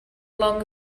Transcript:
long